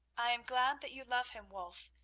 i am glad that you love him, wulf.